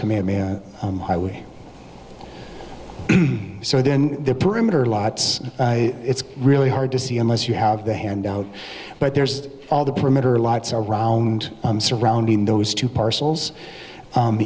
command highway so then the perimeter lots it's really hard to see unless you have the handout but there's all the perimeter lights around surrounding those two parcels